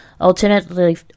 Alternatively